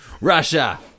Russia